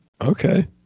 Okay